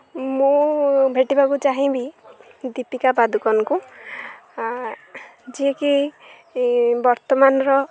ମୁଁ ଭେଟିବାକୁ ଚାହିଁବି ଦୀପିକା ପାଦୁକନଙ୍କୁ ଯିଏକି ବର୍ତ୍ତମାନର